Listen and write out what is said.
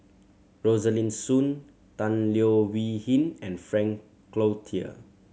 Rosaline Soon Tan Leo Wee Hin and Frank Cloutier